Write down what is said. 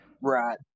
Right